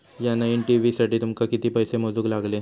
या नईन टी.व्ही साठी तुमका किती पैसे मोजूक लागले?